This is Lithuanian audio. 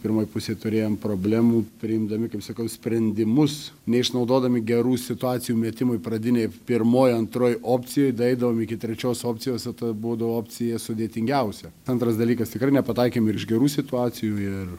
pirmoj pusėj turėjom problemų priimdami kaip sakau sprendimus neišnaudodami gerų situacijų metimui pradinėj pirmoj antroj opcijoj daeidavom iki trečios opcijos ta budavo opcija sudėtingiausia antras dalykas tikrai nepataikėm ir iš gerų situacijų ir